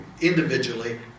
individually